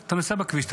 אתה נוסע בכביש,